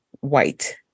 white